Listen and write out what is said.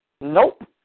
Nope